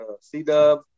C-Dub